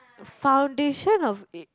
foundation of uh